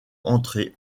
entrée